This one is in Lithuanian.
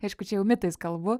aišku čia jau mitais kalbu